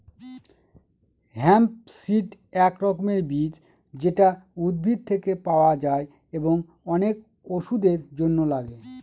hemp seed এক রকমের বীজ যেটা উদ্ভিদ থেকে পাওয়া যায় এবং অনেক ওষুধের জন্য লাগে